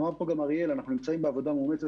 אמר כאן גם אריאל אנחנו נמצאים בעבודה מאומצת.